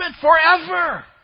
forever